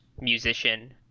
musician